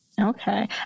Okay